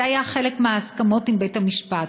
זה היה חלק מההסכמות עם בית-המשפט,